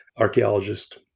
archaeologist